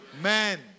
man